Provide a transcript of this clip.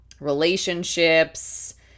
relationships